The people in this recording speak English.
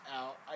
out